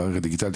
במערכת דיגיטלית,